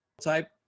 type